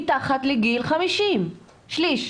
מתחת לגיל 50. שליש.